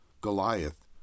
Goliath